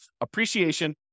appreciation